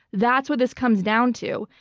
that's what this comes down to,